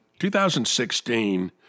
2016